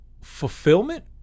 fulfillment